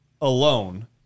alone